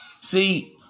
See